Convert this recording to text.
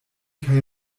kaj